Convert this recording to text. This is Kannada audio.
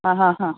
ಹಾಂ ಹಾಂ ಹಾಂ